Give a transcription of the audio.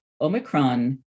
Omicron